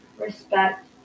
respect